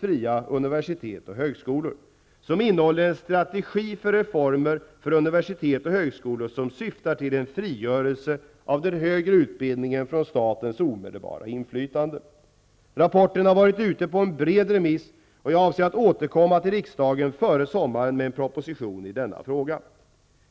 ''Fria universitet och högskolor'', som innehåller en strategi för reformer för universitet och högskolor och som syftar till en frigörelse för den högre utbildningen från statens omedelbara inflytande. Rapporten har varit ute på en bred remiss, och jag avser att återkomma till riksdagen före sommaren med en proposition i frågan.